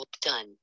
done